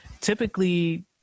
typically